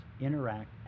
interact